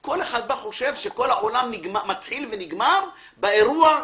כל אחד חושב שכל העולם מתחיל ונגמר באירוע שלו.